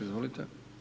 Izvolite.